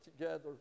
together